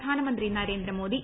പ്രധാനമന്ത്രി നരേന്ദ്രമോദി